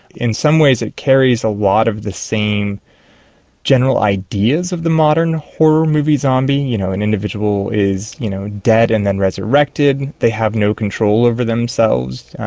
in some ways it carries a lot of the same general ideas of the modern horror movie zombie. you know, an individual is you know dead and then resurrected. they have no control over themselves.